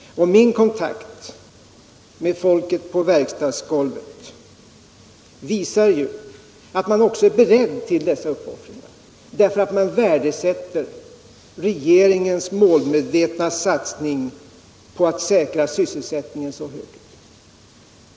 Min kontakt med folket på verkstadsgolvet visar att man också är beredd till dessa uppoffringar därför att man så högt värdesätter regeringens målmedvetna satsning på att säkra sysselsättningen.